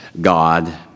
God